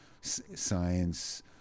science